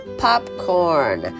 popcorn